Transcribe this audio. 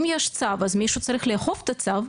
אם יש צו אז מישהו צריך לאכוף את הצו,